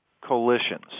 coalitions